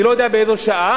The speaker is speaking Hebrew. אני לא יודע באיזו שעה,